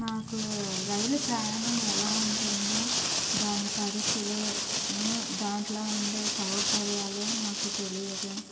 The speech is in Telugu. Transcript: నాకు రైలు ప్రయాణం ఎలా ఉంటుందో దాని ఖర్చులు దాంట్లో ఉండే సౌకర్యాలు నాకు తెలియదు